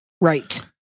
Right